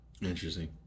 Interesting